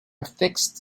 fixed